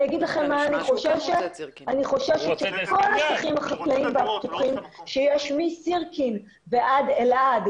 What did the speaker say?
אני חוששת שכל השטחים החקלאיים והפתוחים שיש מסירקין ועד אלעד,